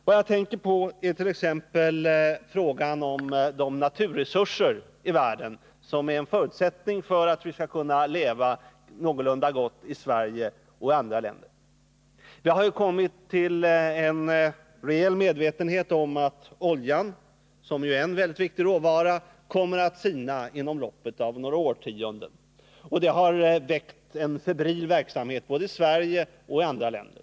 Vad jag tänker på är t.ex. frågan om de naturresurser i världen som är en förutsättning för att vi skall kunna leva någorlunda gott i Sverige och i andra länder. Man har ju blivit verkligt medveten om att oljan, som ju är en mycket viktig råvara, kommer att sina inom loppet av några årtionden. Detta har medfört en febril verksamhet både i Sverige och i andra länder.